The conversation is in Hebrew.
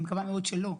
אני מקווה מאוד שלא,